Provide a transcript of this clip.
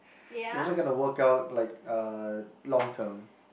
it wasn't going to work out like uh long term